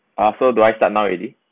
ah so do I start now already